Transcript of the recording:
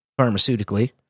pharmaceutically